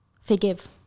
Forgive